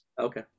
okay